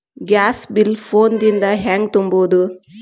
Gas bill phone ದಿಂದ ಹ್ಯಾಂಗ ತುಂಬುವುದು?